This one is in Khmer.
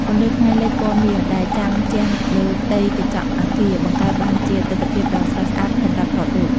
ពន្លឺថ្ងៃលិចពណ៌មាសដែលចាំងជះលើផ្ទៃកញ្ចក់អគារ បង្កើតបានជាទិដ្ឋភាពដ៏ស្រស់ស្អាតសម្រាប់ថតរូប។